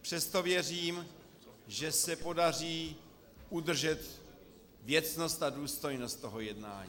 Přesto věřím, že se podaří udržet věcnost a důstojnost tohoto jednání.